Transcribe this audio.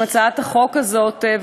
עם הצעת החוק הזאת,